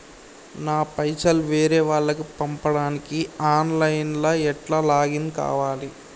నా పైసల్ వేరే వాళ్లకి పంపడానికి ఆన్ లైన్ లా ఎట్ల లాగిన్ కావాలి?